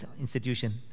institution